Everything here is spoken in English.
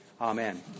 Amen